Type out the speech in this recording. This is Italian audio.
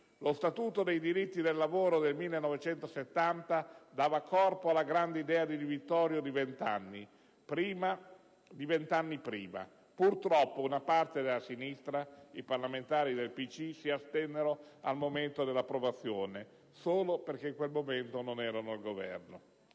lo Statuto dei diritti del lavoro (...) nel 1970 dava corpo alla grande idea di Di Vittorio di vent'anni prima. Purtroppo una parte della sinistra, i parlamentari del PCI, si astennero al momento della sua approvazione, solo perché» in quel momento «esclusa dalla